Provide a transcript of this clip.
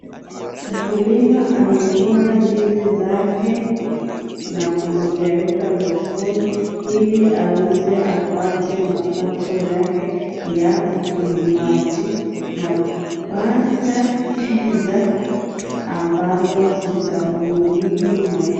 Mkulima amevuna ndizi zake na kuzipeleka sokoni ili auze apate mapato yake ya ukulimaji na kupata pesa ambazo zitamdumu maishani.